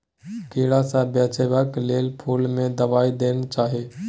कीड़ा सँ बचेबाक लेल फुल में दवाई देना चाही